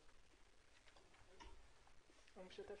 הגישות